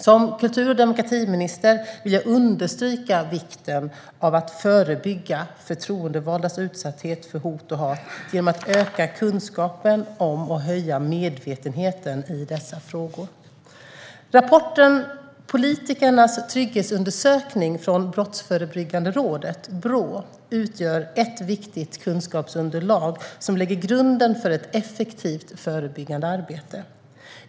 Som kultur och demokratiminister vill jag understryka vikten av att förebygga förtroendevaldas utsatthet för hot och hat genom att öka kunskapen om och höja medvetenheten i dessa frågor. Rapporten Politikernas trygghetsundersökning från Brottsförebyggande rådet utgör ett viktigt kunskapsunderlag som lägger grunden för ett effektivt förebyggande arbete.